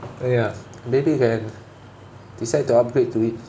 ya maybe you can decide to upgrade to it